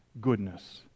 goodness